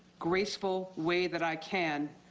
graceful way that i can.